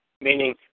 Meaning